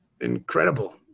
incredible